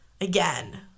again